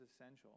essential